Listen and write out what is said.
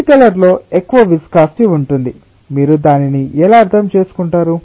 red colour లో ఎక్కువ viscosity ఉంటుంది మీరు దానిని ఎలా అర్థం చేసుకుంటారు